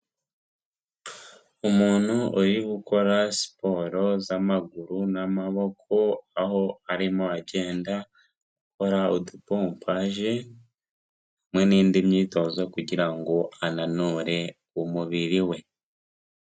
Umuntu uri gukora siporo zamaguru n'amaboko aho arimo agenda akora udupompaje hamwe n'indi myitozo, kugira ngo ananure umubiri we.